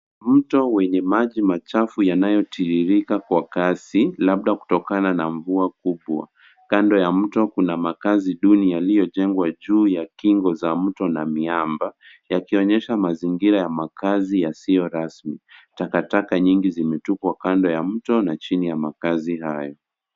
Mto wenye maji machafu yanayotiririka kwa kasi, labda kutokana na mvua kubwa. Kando ya mto, kuna makazi duni yaliyojengwa juu ya kingo za mto na miamba, yakionyesha mazingira ya makazi yasiyo rasmi. Takataka nyingi zimetupwa kando ya mto, na chini ya makazi hayo.